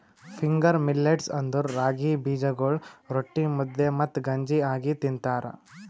finger millets ಅಂದುರ್ ರಾಗಿ ಬೀಜಗೊಳ್ ರೊಟ್ಟಿ, ಮುದ್ದೆ ಮತ್ತ ಗಂಜಿ ಆಗಿ ತಿಂತಾರ